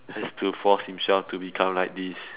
has to force himself to become like this